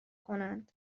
کنند